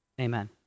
Amen